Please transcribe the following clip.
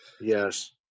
Yes